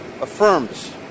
affirms